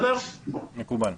מקובל.